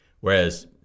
Whereas